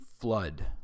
flood